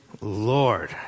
Lord